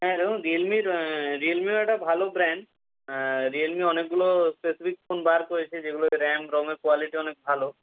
হ্যাঁ দেখুন রিয়েলমির রিয়েলমিও একটা ভালো ব্র্যান্ড রিয়েলমি অনেকগুলো স্পেসিফিক ফোন বার করেছে যেগুলো র্যাম রমের কোয়ালিটি অনেক ভালো